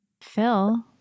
phil